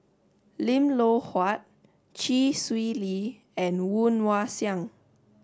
Lim Loh Huat Chee Swee Lee and Woon Wah Siang